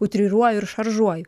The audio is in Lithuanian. utriruoju ir šaržuoju